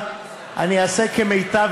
חברים נכבדים, אני אתחיל מהסוף.